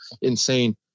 insane